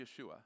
Yeshua